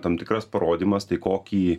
tam tikras parodymas tai kokį